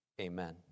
Amen